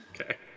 Okay